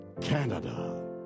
Canada